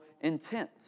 intent